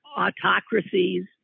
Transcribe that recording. autocracies